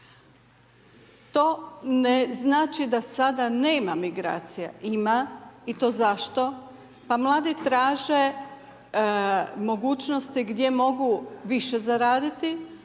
To ne znači da sada nema migracija. Ima i to zašto? Pa mladi traže mogućnosti gdje mogu više zaraditi,